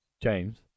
James